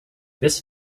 this